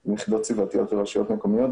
עם יחידות סביבתיות ורשויות מקומיות.